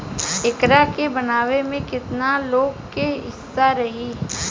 एकरा के बनावे में केतना लोग के हिस्सा रही